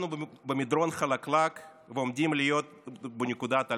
אנחנו במדרון חלקלק ועומדים להיות בנקודת אל-חזור.